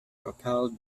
propelled